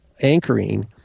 anchoring